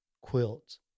quilts